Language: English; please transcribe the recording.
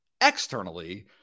Externally